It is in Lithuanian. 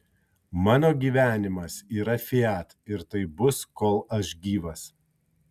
mano gyvenimas yra fiat ir taip bus kol aš gyvas